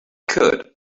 could